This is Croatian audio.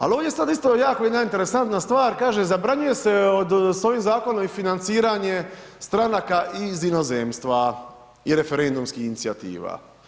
Ali ovdje sad, isto jako jedna interesantna stvar, kaže zabranjuje se od, s ovim Zakonom i financiranje stranaka iz inozemstva i referendumskih inicijativa.